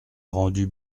rendue